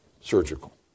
surgical